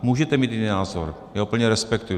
Můžete mít jiný názor, já to plně respektuji.